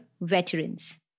veterans